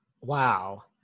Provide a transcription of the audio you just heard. Wow